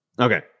Okay